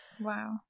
Wow